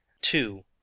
two